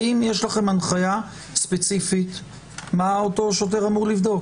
האם יש לכם הנחיה ספציפית מה אותו שוטר אמור לבדוק?